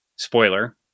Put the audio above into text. Spoiler